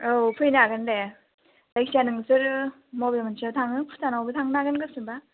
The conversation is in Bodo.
औ फैनो हागोन दे जायखिया नोंसोर बबे मोनसेयाव थाङो भुटानावबो थांनो हागोन गोसोबा